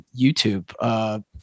YouTube